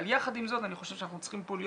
אבל יחד עם זאת אני חושב שאנחנו צריכים פה להיות